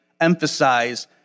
emphasize